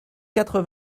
quatre